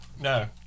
no